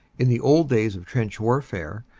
in the old days of trench warfare,